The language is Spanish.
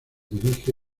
dirige